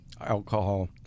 alcohol